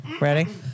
ready